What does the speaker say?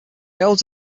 holds